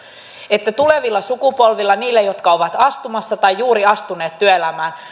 että tulevilla sukupolvilla niillä jotka ovat astumassa tai juuri astuneet työelämään